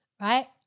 right